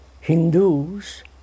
Hindus